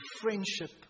friendship